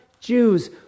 Jews